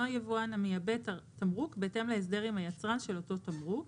יבואן המייבא את התמרוק בהתאם להסדר עם היצרן של אותו תמרוק.